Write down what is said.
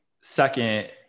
second